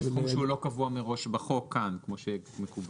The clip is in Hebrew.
זה סכום שהוא לא קבוע מראש בחוק כאן כמו שמקובל.